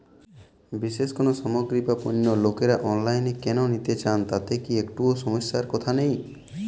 বিশেষ কোনো সামগ্রী বা পণ্য লোকেরা অনলাইনে কেন নিতে চান তাতে কি একটুও সমস্যার কথা নেই?